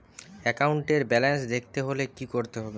একাউন্টের ব্যালান্স দেখতে হলে কি করতে হবে?